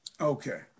Okay